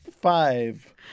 five